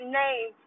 name